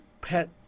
pet